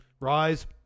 rise